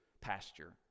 pasture